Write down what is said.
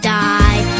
die